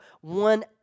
one